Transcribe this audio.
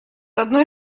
одной